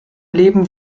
leben